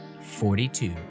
Forty-two